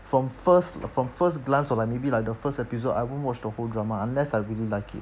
from first from first glance or like maybe like the first episode I won't watch the whole drama unless I really like it